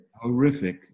horrific